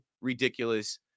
ridiculous